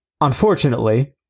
unfortunately